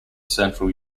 central